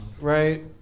Right